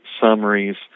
summaries